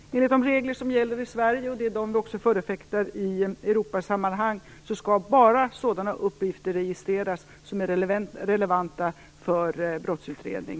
Herr talman! Enligt de regler som gäller i Sverige och de vi förfäktar i Europasammanhang skall bara sådana uppgifter registreras som är relevanta för brottsutredning.